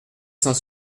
cent